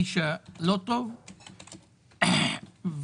מ-24.2 שתאריך עלייתו אישרנו בוועדה הבין-משרדית,